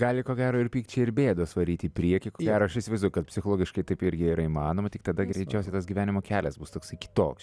gali ko gero ir pykčiai ir bėdos varyt į priekį ko gero aš įsivaizduoju kad psichologiškai taip irgi yra įmanoma tik tada greičiausiai tas gyvenimo kelias bus toksai kitoks